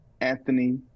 Anthony